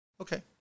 Okay